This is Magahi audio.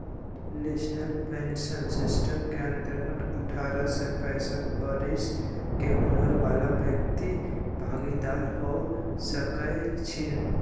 नेशनल पेंशन सिस्टम के अंतर्गत अठारह से पैंसठ बरिश के उमर बला व्यक्ति भागीदार हो सकइ छीन्ह